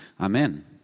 amen